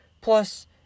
Plus